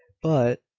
but.